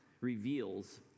reveals